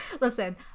Listen